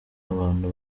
abantu